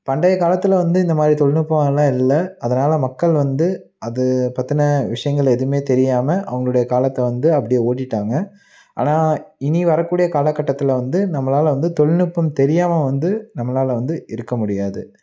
பண்டைய காலத்தில் வந்து இந்த மாதிரி தொழில்நுட்பங்கள் எல்லாம் இல்லை அதனால் மக்கள் வந்து அது பற்றின விஷயங்கள் எதுவுமே தெரியாம அவங்களுடைய காலத்தை வந்து அப்படியே ஓட்டிவிட்டாங்க ஆனால் இனி வரக்கூடிய காலகட்டத்தில் வந்து நம்மளால் வந்து தொழில்நுட்பம் தெரியாம வந்து நம்மளால் வந்து இருக்க முடியாது